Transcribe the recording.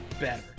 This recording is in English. better